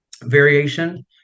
variation